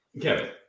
Kevin